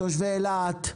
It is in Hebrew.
תושבי אילת?